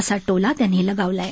असा टोला त्यांनी लगावला आहे